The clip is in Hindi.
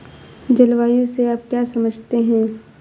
जलवायु से आप क्या समझते हैं?